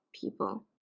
people